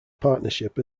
partnership